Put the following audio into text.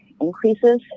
increases